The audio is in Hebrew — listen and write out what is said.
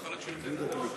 יכול להיות שהוא ירצה לדבר.